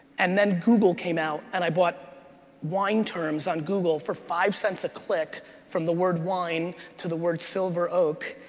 and then google came out and i bought wine terms on google for five cents a click from the word wine to the word silver oak.